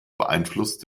beeinflusst